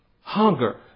hunger